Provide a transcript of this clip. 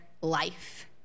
life